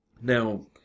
Now